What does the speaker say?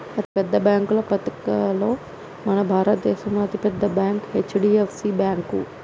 అతిపెద్ద బ్యేంకుల పట్టికలో మన భారతదేశంలో అతి పెద్ద బ్యాంక్ హెచ్.డి.ఎఫ్.సి బ్యేంకు